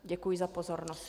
Děkuji za pozornost.